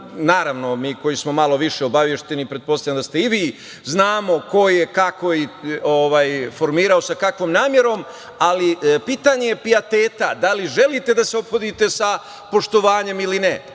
Naravno, mi koji smo malo više obavešteni, pretpostavljam da ste i vi, znamo ko je, kako i sa kakvom namerom formirao, ali pitanje je pijeteta da li želite da se ophodite sa poštovanjem ili